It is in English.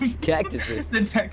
Cactuses